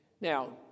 Now